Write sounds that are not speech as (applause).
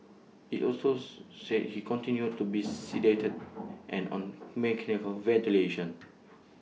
IT also (unintelligible) said he continued to be sedated and on mechanical ventilation